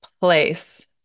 place